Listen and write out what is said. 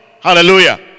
Hallelujah